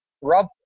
Rob